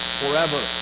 forever